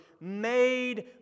made